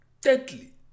Thirdly